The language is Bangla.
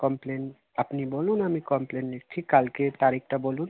কমপ্লেন আপনি বলুন আমি কমপ্লেন লিখছি কালকের তারিখটা বলুন